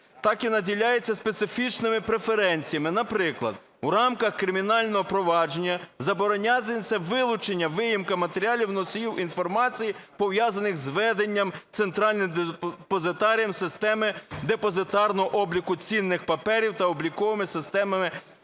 Так і наділяється специфічними преференціями, наприклад, у рамках кримінального провадження забороняється вилучення (виїмка) матеріалів, носіїв інформації, пов'язаних з веденням центральним депозитарієм системи депозитарного обліку цінних паперів та обліковими системами